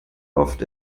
oft